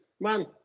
man